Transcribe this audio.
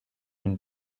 been